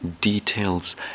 details